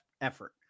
effort